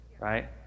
right